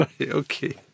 Okay